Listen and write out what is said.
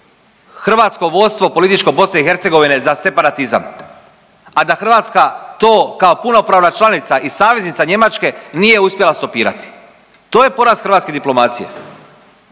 hrvatsko vodstvo političko BiH za separatizam, a da Hrvatska to kao punopravna članica i saveznica Njemačke nije uspjela stopirati, to je poraz hrvatske diplomacije.